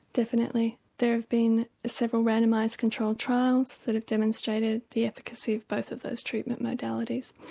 definitely, there have been several randomised controlled trials that have demonstrated the efficacy of both of those treatment modalities.